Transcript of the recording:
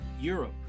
Europe